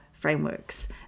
frameworks